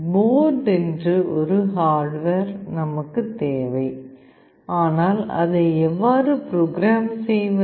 board என்று ஒரு hardware நமக்குத் தேவை ஆனால் அதை எவ்வாறு ப்ரோக்ராம் செய்வது